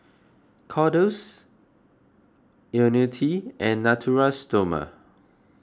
Kordel's Ionil T and Natura Stoma